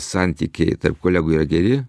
santykiai tarp kolegų yra geri